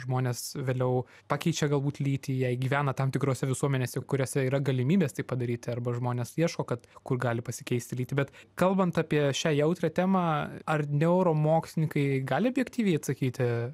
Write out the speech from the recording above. žmonės vėliau pakeičia galbūt lytį jei gyvena tam tikrose visuomenėse kuriose yra galimybės tai padaryti arba žmonės ieško kad kur gali pasikeisti lytį bet kalbant apie šią jautrią temą ar neuromokslininkai gali objektyviai atsakyti